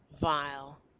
vile